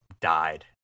died